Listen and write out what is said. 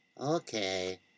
okay